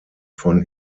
von